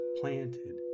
planted